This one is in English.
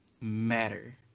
matter